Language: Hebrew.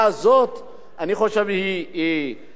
היא התנגדות